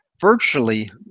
virtually